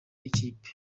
ikipe